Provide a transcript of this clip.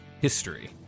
history